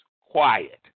Quiet